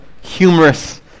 humorous